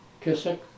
Kissick